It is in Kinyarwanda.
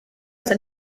gusa